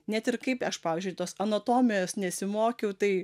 net ir kaip aš pavyzdžiui tos anatomijos nesimokiau tai